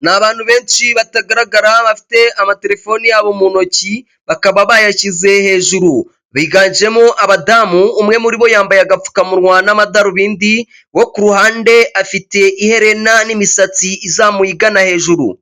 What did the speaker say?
Ni abantu benshi batagaragara bafite amatelefoni yabo mu ntoki, bakaba bayashyize hejuru. Biganjemo abadamu, umwe muri bo yambaye agapfukamunwa n'amadarubindi, uwo ku ruhande afite iherena n'imisatsi izamuye igana hejuru.